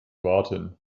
warten